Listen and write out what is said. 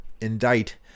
indict